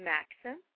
Maxim